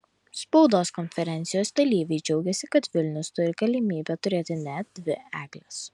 spaudos konferencijos dalyviai džiaugėsi kad vilnius turi galimybę turėti net dvi egles